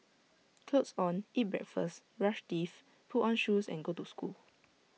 clothes on eat breakfast brush teeth put on shoes and go to school